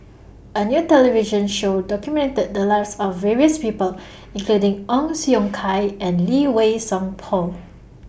A New television Show documented The Lives of various People including Ong Siong Kai and Lee Wei Song Paul